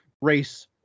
race